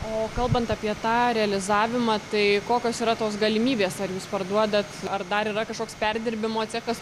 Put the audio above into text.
o kalbant apie tą realizavimą tai kokios yra tos galimybės ar jūs parduodat ar dar yra kažkoks perdirbimo cechas